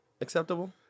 acceptable